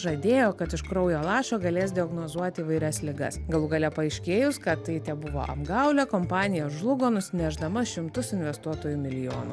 žadėjo kad iš kraujo lašo galės diagnozuoti įvairias ligas galų gale paaiškėjus kad tai tebuvo apgaulė kompanija žlugo nusinešdama šimtus investuotojų milijonų